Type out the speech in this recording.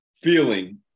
feeling